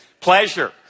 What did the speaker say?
Pleasure